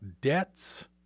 debts